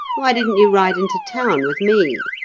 why didn't you ride into town with me?